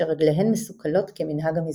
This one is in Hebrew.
כשרגליהן משוכלות כמנהג המזרח".